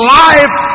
life